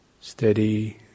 Steady